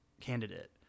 candidate